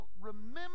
remember